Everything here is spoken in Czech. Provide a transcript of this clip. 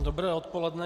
Dobré odpoledne.